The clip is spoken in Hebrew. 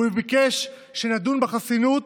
הוא ביקש שנדון בחסינות,